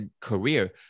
career